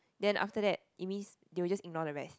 then after that it means they will just ignore the rest